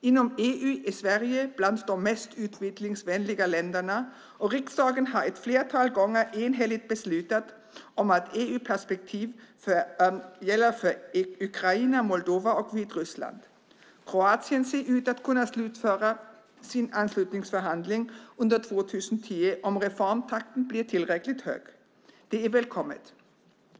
Inom EU är Sverige bland de mest utvidgningsvänliga länderna, och riksdagen har ett flertal gånger enhälligt beslutat att ett EU-perspektiv gäller för Ukraina, Moldova och Vitryssland. Kroatien ser ut att kunna slutföra sin anslutningsförhandling under 2010 om reformtakten blir tillräckligt hög. Det är välkommet.